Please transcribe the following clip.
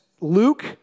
Luke